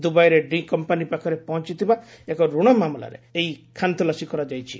ଦୁବାଇରେ D company ପାଖରେ ପହଞ୍ଚିଥିବା ଏକ ଋଣ ମାମଲାରେ ଏଇ ଖାନତଲାସି କରାଯାଇଛି